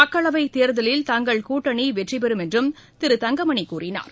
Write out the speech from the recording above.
மக்களவை தேர்தலில் தங்கள் கூட்டணி வெற்றி பெறும் என்றும் திரு தங்கமணி கூறினார்